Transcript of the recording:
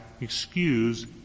excuse